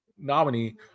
Nominee